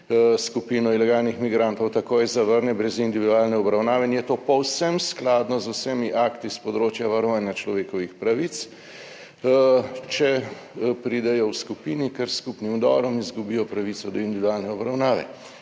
skupino ilegalnih migrantov takoj zavrne brez individualne obravnave in je to povsem skladno z vsemi akti s področja varovanja človekovih pravic. Če pridejo v skupini, ker s skupnim vdorom izgubijo pravico do individualne obravnave.